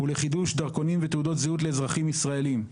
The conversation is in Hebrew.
ולחידוש דרכונים ותעודות זהות לאזרחים ישראלים,